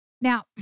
Now